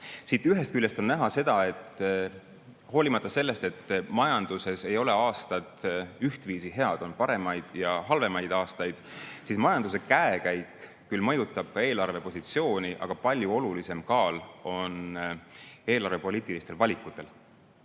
Siit on ühest küljest on näha seda: hoolimata sellest, et majanduses ei ole aastad ühtviisi head, on paremaid ja halvemaid aastaid. Majanduse käekäik küll mõjutab eelarvepositsiooni, aga palju olulisem kaal on eelarvepoliitilistel valikutel,